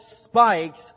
spikes